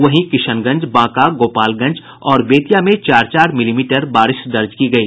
वहीं किशनगंज बांका गोपालगंज और बेतिया में चार चार मिलीमीटर बारिश दर्ज की गयी